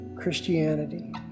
Christianity